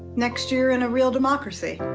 next year in a real democracy.